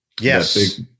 yes